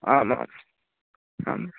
आमाम् आम्